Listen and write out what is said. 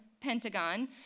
Pentagon